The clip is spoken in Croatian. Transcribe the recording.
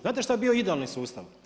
Znate što bi bio idealni sustav?